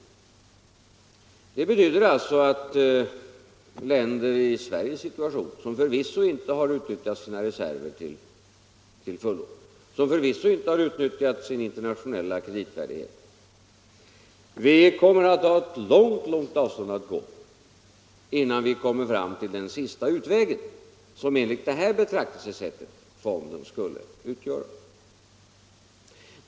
Det betyder att länder som Sverige, som förvisso inte har till fullo utnyttjat sina reserver eller sin internationella kreditvärdighet, kommer att ha ett mycket långt avstånd till den sista utvägen, som enligt det här betraktelsesättet fonden skulle utgöra.